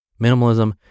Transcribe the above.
Minimalism